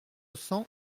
cents